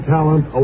Talent